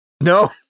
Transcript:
no